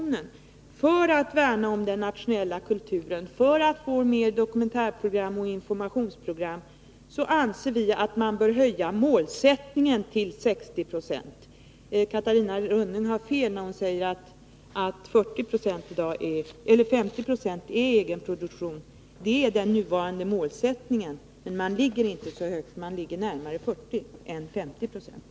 Vi anser att man för att värna om den nationella kulturen och för att få mer dokumentärprogram och informationsprogram bör höja målsättningen till 60 26. Catarina Rönnung har fel när hon säger att 50 26 är egenproduktion i dag. Det är den nuvarande målsättningen, men man ligger inte så högt, utan man ligger närmare 40 än 50 96.